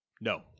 No